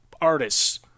artists